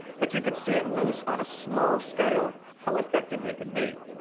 but you could see at loos on a small scale how effective they could be.